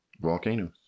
volcanoes